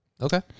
Okay